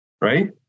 right